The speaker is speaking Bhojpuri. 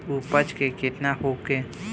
उपज केतना होखे?